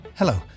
Hello